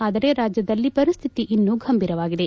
ಆದರೆ ರಾಜ್ಯದಲ್ಲಿ ಪರಿಸ್ಟಿತಿ ಇನ್ನೂ ಗಂಭೀರವಾಗಿದೆ